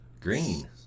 Green